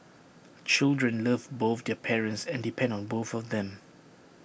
children love both their parents and depend on both of them